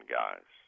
guys